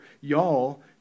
y'all